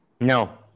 No